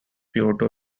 puerto